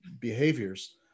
behaviors